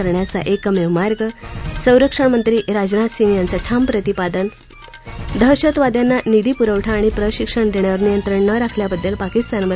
करण्याचा एकमेव मार्ग संरक्षण मंत्री राजनाथ सिंग यांचं ठाम प्रतिपादन दहशतवाद्यांना निधीपुरवठा आणि प्रशिक्षण देण्यावर नियंत्रण न राखल्याबद्दल पाकिस्तानवर